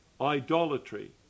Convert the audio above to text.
idolatry